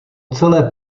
celé